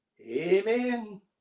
Amen